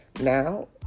Now